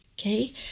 Okay